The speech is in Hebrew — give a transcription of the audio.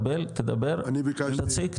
תציג,